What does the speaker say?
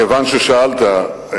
כיוון ששאלת,